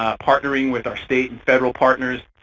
ah partnering with our state and federal partners.